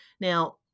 now